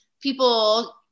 people